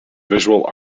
visual